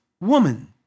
woman